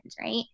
right